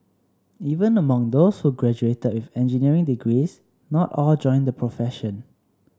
even among those who graduated with engineering degrees not all joined the profession